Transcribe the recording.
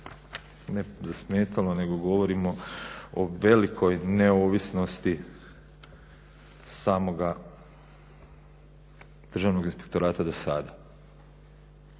ne zasmetalo nego govorimo o velikoj neovisnosti samoga Državnog inspektorata dosada.